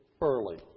early